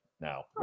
now